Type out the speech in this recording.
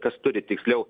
kas turi tiksliau